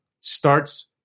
starts